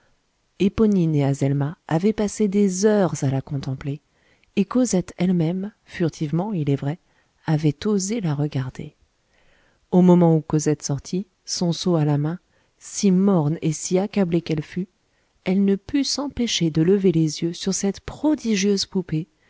éponine et azelma avaient passé des heures à la contempler et cosette elle-même furtivement il est vrai avait osé la regarder au moment où cosette sortit son seau à la main si morne et si accablée qu'elle fût elle ne put s'empêcher de lever les yeux sur cette prodigieuse poupée